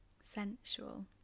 sensual